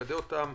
וליידע אותם